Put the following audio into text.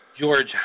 George